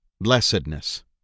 Blessedness